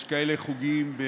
יש כאלה חוגים,